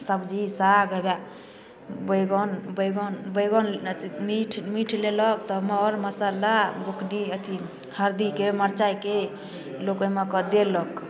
सब्जी साग हय वा बैगन बैगन बैगन मीठ मीठ लेलक तऽ मर मसल्ला बुकनी अथी हरदी के मरचाइके लोक ओहिमे कऽ देलक